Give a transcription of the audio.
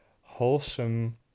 wholesome